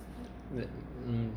mm